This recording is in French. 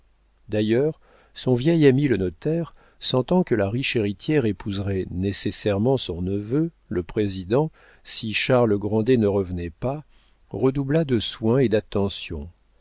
d'ailleurs son vieil ami le notaire sentant que la riche héritière épouserait nécessairement son neveu le président si charles grandet ne revenait pas redoubla de soins et d'attentions